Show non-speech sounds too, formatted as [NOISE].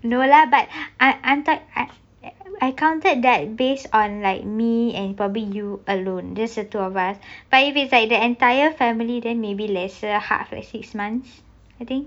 no lah but I [NOISE] I I counted that based on like me and probably you alone just the two of us like if it's like the entire family then maybe lesser half a six months I think